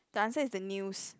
the answer is the news